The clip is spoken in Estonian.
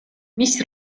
mis